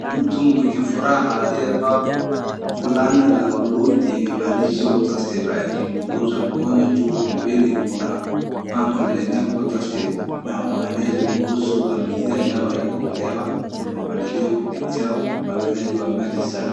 Mtu mwenye furaha aliyevaa fulana la blue lenye maandishi water stayby akimpunguza mkono juu pembeni kuna pango lenye water sterm na waelezwe kuhusu dhamiria yao ya kuolewa wapandiliwe kupitia upangikaji wa maji safi.